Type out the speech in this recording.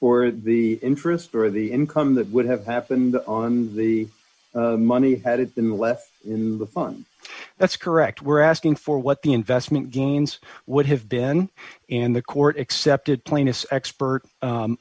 for the interest or the income that would have happened on the money had it been left in the fund that's correct we're asking for what the investment gains would have been in the court accepted plaintiff's expert